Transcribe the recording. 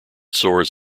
sores